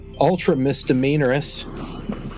ultra-misdemeanorous